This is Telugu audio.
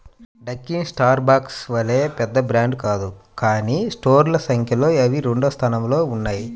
డంకిన్ స్టార్బక్స్ వలె పెద్ద బ్రాండ్ కాదు కానీ స్టోర్ల సంఖ్యలో అవి రెండవ స్థానంలో ఉన్నాయి